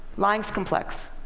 lying's complex.